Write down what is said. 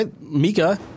Mika